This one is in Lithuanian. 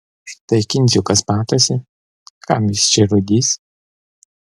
štai kindziukas matosi kam jis čia rūdys